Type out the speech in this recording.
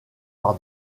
par